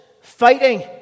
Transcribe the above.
fighting